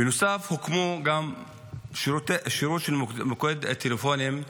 בנוסף הוקם גם שירות של מוקד טלפוני.